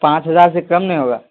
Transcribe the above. پانچ ہزار سے کم نہیں ہوگا